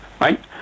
Right